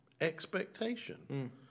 expectation